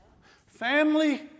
family